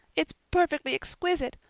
it's perfectly exquisite.